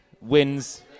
wins